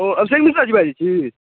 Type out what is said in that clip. ओ अभिषेक मिश्राजी बाजै छी